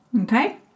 okay